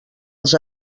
els